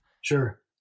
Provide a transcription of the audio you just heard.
Sure